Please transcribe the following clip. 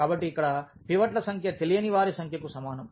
కాబట్టి ఇక్కడ పివట్ల సంఖ్య తెలియని వాటి సంఖ్యకు సమానం